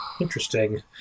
Interesting